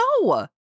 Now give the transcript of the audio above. No